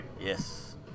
Yes